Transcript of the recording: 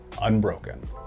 unbroken